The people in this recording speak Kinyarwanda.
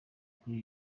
kuri